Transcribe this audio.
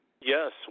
Yes